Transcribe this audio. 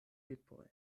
lipoj